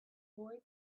boy